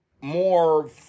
more